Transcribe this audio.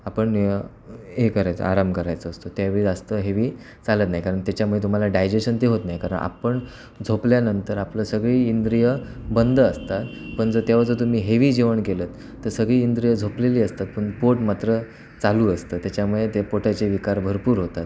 आपण य हे करायचं आराम करायचा असतो त्यावेळी जास्त हेवी चालत नाही कारण त्याच्यामुळे तुम्हाला डायजेशन ते होत नाही कारण आपण झोपल्यानंतर आपलं सगळी इंद्रिय बंद असतात पण जर तेव्हा जर तुम्ही हेवी जेवण केलंत तर सगळी इंद्रिय झोपलेली असतात पण पोट मात्र चालू असतं त्याच्यामुळे ते पोटाचे विकार भरपूर होतात